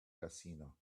casino